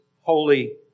holy